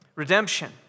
Redemption